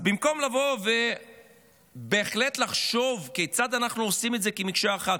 אז במקום לבוא ובהחלט לחשוב כיצד אנחנו עושים את זה כמקשה אחת,